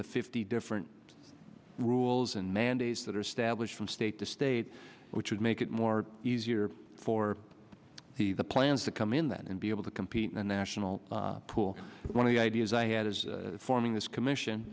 the fifty different rules and mandates that are established from state to state which would make it more easier for he plans to come in then and be able to compete in the national pool one of the ideas i had is forming this commission